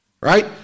Right